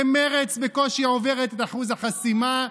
ומרצ בקושי עוברת את אחוז החסימה,